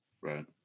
Right